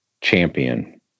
champion